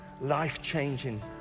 life-changing